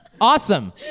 Awesome